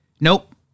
Nope